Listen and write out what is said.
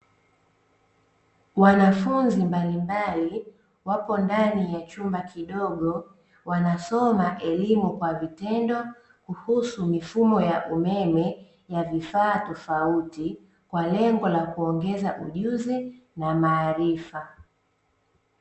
Wanafunzi mbalimbali wapo ndani ya chumba kidogo wanasoma elimu kwa vitendo, kuhusu mifumo ya umeme ya vifaa tofauti kwa lengo la kuongeza ujuzi na maarifa.